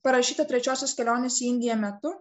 parašyta trečiosios kelionės į indiją metu